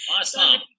Awesome